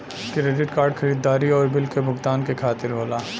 credit card खरीदारी आउर bill क भुगतान के खातिर होला